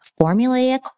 formulaic